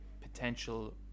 potential